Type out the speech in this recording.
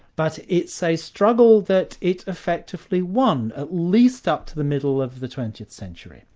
but it's a struggle that it effectively won, at least up to the middle of the twentieth century.